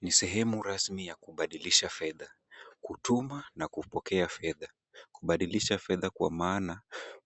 Ni sehemu rasmi ya kubadilisha fedha, kutuma na kupokea fedha, kubadilisha fedha kwa maana